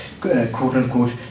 quote-unquote